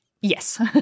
Yes